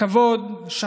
הכבוד, השחצנות,